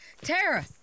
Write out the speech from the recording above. Tara